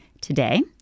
Today